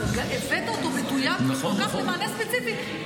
הבאת אותו מדויק למענה ספציפי.